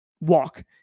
walk